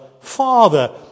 Father